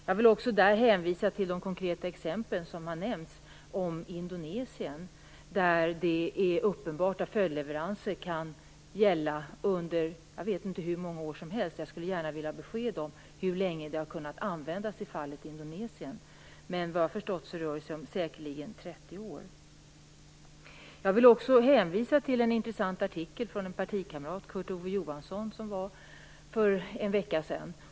Jag vill också där hänvisa till de konkreta exempel som har nämnts om Indonesien, där det är uppenbart att leveranser kan gälla för att vara följdleveranser under hur många år som helst. Jag skulle gärna vilja ha besked om hur länge detta har kunnat användas i fallet Indonesien. Vad jag har förstått rör det sig om säkerligen 30 år. Jag vill också hänvisa till en intressant artikel av en partikamrat till statsrådet, nämligen Kurt Ove Johansson, för ungefär en vecka sedan.